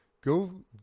Go